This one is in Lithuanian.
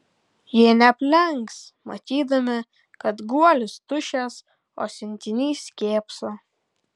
jie neaplenks matydami kad guolis tuščias o siuntinys kėpso